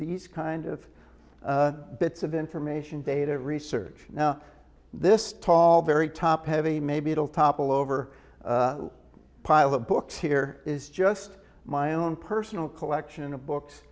these kind of bits of information data research now this tall very top heavy maybe it'll topple over a pile of books here is just my own personal collection of books